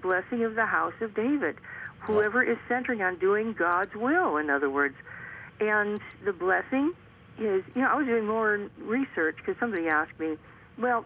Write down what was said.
blessing of the house of david whoever centering on doing god's will in other words and the blessing i was doing more research because somebody asked me well